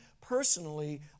personally